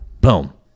boom